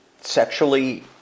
sexually